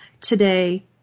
today